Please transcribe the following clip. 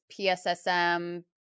PSSM